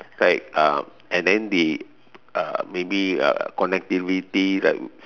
right uh and then the uh maybe uh connectivity like